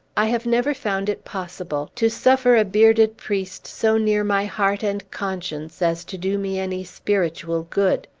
i have never found it possible to suffer a bearded priest so near my heart and conscience as to do me any spiritual good.